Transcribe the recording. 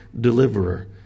deliverer